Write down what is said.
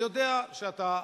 אני יודע שאתה,